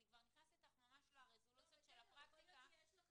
אני כבר נכנסת אתך ממש לרזולוציה של הפרקטיקה --- יכול להיות שיש לך